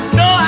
no